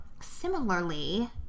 Similarly